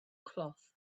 cloth